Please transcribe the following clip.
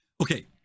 okay